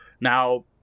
Now